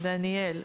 דניאל.